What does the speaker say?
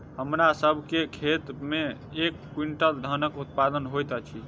हमरा सभ के खेत में एक क्वीन्टल धानक उत्पादन होइत अछि